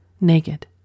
Naked